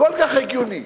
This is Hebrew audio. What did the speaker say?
כל כך הגיוני,